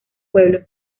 pueblo